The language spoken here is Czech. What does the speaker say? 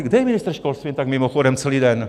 Kde je ministr školství jen tak mimochodem celý den?